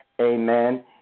amen